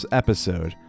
episode